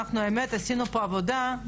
אנחנו באמת עשינו פה עבודה,